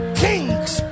kings